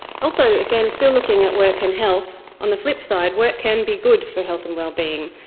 also, again, still looking at work and health, on the flip side, work can be good for health and wellbeing.